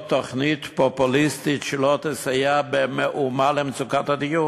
תוכנית פופוליסטית שלא תסייע במאומה למצוקת הדיור,